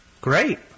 Great